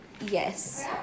yes